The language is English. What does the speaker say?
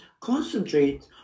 concentrate